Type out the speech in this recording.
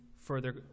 further